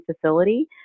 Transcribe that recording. facility